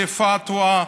בפתווה,